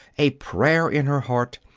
a prayer in her heart,